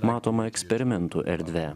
matoma eksperimentų erdve